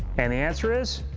and the answer is,